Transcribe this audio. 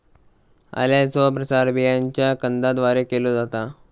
आल्याचो प्रसार बियांच्या कंदाद्वारे केलो जाता